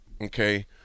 okay